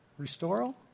Restoral